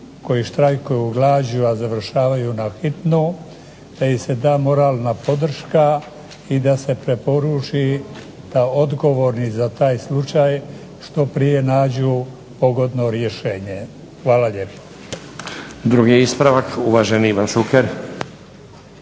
koji štrajkaju glađu a završavaju na hitnoj, da im se da moralna podrška i da im se omogući da odgovorni za taj slučaj što prije nađu pogodno rješenje. Hvala lijepo. **Stazić, Nenad (SDP)** Drugi ispravak uvaženi Ivan Šuker.